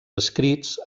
escrits